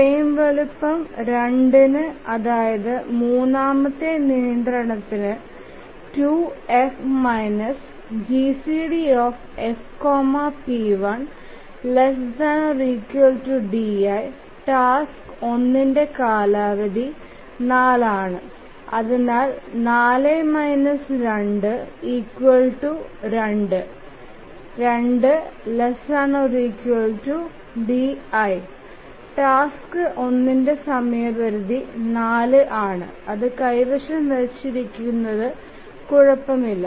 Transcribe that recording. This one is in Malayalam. ഫ്രെയിം വലുപ്പം 2ഇന് അതായത് മൂന്നാമത്തെ നിയന്ത്രണത്തിന് 2F GCDF p1 di task ഒന്നിന്റെ കാലാവധി 4 ആണ് അതിനാൽ 4 2 2 2 ≤ d1 ടാസ്ക് ഒന്നിന്റെ സമയപരിധി 4 ആണ് അത് കൈവശം വച്ചിരിക്കുന്നതും കുഴപ്പമില്ല